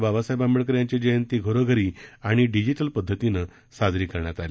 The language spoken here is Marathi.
बाबासाहेब आंबेडकर यांची जयंती घरोघरी आणि डिजिटल पद्धतीनं साजरी करण्यात आली